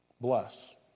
bless